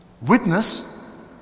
witness